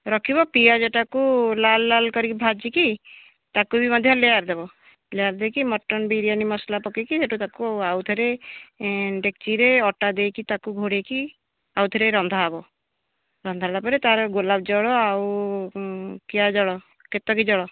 ରଖିବ ପିଆଜଟାକୁ ଲାଲ୍ ଲାଲ୍ କରିକି ଭାଜିକି ତାକୁ ବି ମଧ୍ୟ ଲେଆର୍ ଦେବ ଲେଆର୍ ଦେଇକି ମଟନ୍ ବିରିୟାନି ମସଲା ପକାଇକି ସେଇଠୁ ତାକୁ ଆଉ ଥରେ ଡେକ୍ଚିରେ ଅଟା ଦେଇକି ତାକୁ ଘୋଡ଼େଇକି ଆଉ ଥରେ ରନ୍ଧା ହେବ ରନ୍ଧା ହେଲାପରେ ତା'ର ଗୋଲାପଜଳ ଆଉ କିଆ ଜଳ କେତକୀ ଜଳ